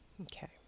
Okay